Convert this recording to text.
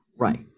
Right